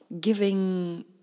giving